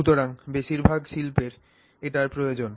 সুতরাং বেশিরভাগ শিল্পের এটির প্রয়োজন